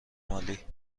مالی